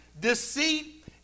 deceit